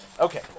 Okay